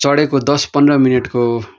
चढेको दस पन्ध्र मिनटको